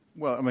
well,